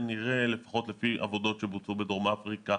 כנראה, לפחות לפי עבודות שבוצעו בדרום אפריקה